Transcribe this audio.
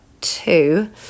two